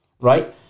Right